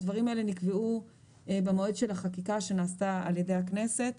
הדברים האלה נקבעו במועד של החקיקה שנעשתה על ידי הכנסת.